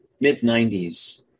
mid-90s